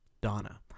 Donna